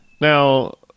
Now